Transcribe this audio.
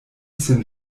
sin